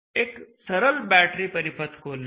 एक सरल बैटरी परिपथ को लें